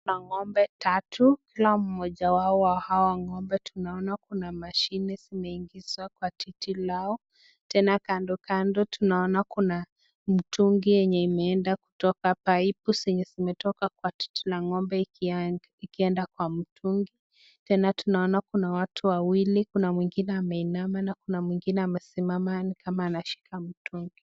Kuna ngombe tatu, ikiwa mmoja wao wa hawa ngombe tunaona kuna mashini zimeingizwa kwa titi lao. Tena kando kando tunaona kuna mtungi imeenda kutoka [pipe] zilizotoka kwenye titi la ngombe ikienda kwa mtungi. Tena tunaona kuna watu wawili kuna mwingine ameinama na kuna mwingine amesimama kama anashika mtungi.